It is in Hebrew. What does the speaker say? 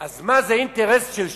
אז מה, זה אינטרס של ש"ס?